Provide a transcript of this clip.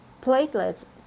platelets